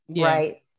right